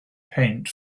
paint